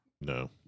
No